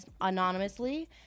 anonymously